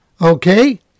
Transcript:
okay